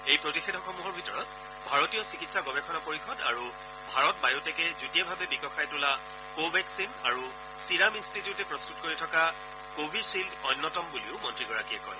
এই প্ৰতিষেধকসমূহৰ ভিতৰত ভাৰতীয় চিকিৎসা গৱেষণা পৰিযদ আৰু ভাৰত বায়টেকে যুটীয়াভাৱে বিকশাই তোলা কোভেক্সিন আৰু চিৰাম ইন্সট্টিটিউটে প্ৰস্তুত কৰি থকা কোভিচিন্ড অন্যতম বুলিও মন্ত্ৰীগৰাকীয়ে কয়